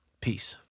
Peace